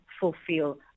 fulfill